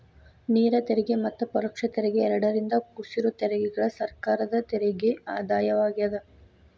ನೇರ ತೆರಿಗೆ ಮತ್ತ ಪರೋಕ್ಷ ತೆರಿಗೆ ಎರಡರಿಂದೂ ಕುಡ್ಸಿರೋ ತೆರಿಗೆಗಳ ಸರ್ಕಾರದ ತೆರಿಗೆ ಆದಾಯವಾಗ್ಯಾದ